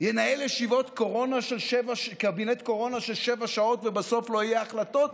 ינהל קבינט קורונה של שבע שעות ובסוף לא יהיו החלטות?